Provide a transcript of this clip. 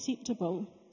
acceptable